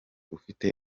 ufite